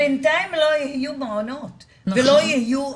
בינתיים לא יהיו מעונות ולא יהיו